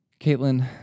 Caitlin